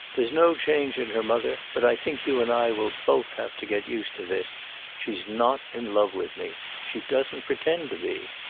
there's no change in her, mother, but i think you and i will both have to get used to this she's not in love with me. she doesn't pretend to be.